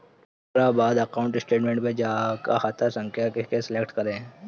ओकरा बाद account statement पे जा आ खाता संख्या के सलेक्ट करे